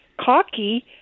cocky